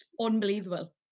unbelievable